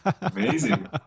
Amazing